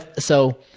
so,